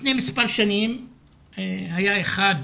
לפני מספר שנים היה אחד